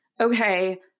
okay